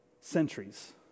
centuries